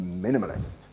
minimalist